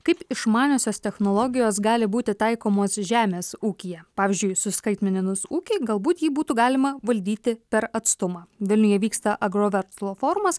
kaip išmaniosios technologijos gali būti taikomos žemės ūkyje pavyzdžiui suskaitmeninus ūkį galbūt jį būtų galima valdyti per atstumą vilniuje vyksta agroverslo forumas